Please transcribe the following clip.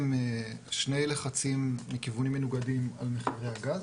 שני לחצים מכיוונים מנוגדים על מחירי הגז,